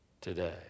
today